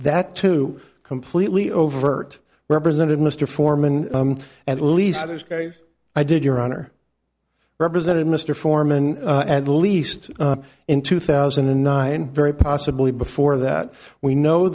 that two completely over represented mr foreman at least i did your honor represented mr foreman at least in two thousand and nine very possibly before that we know